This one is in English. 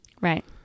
Right